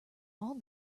all